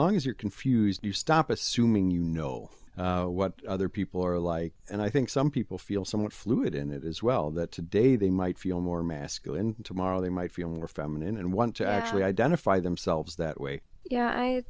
long as you're confused you stop assuming you know what other people are like and i think some people feel somewhat fluid in that as well that today they might feel more masculine tomorrow they might feel more feminine and want to actually identify themselves that way yeah i